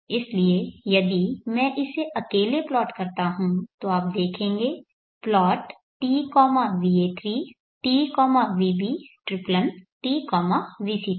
इसलिए यदि मैं इसे अकेले प्लॉट करता हूं तो आप देखेंगे plot t va3 t vb ट्रिप्लन t vc3